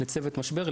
לצוות משבר,